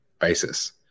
basis